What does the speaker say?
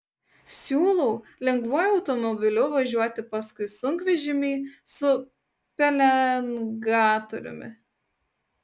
siūlau lengvuoju automobiliu važiuoti paskui sunkvežimį su pelengatoriumi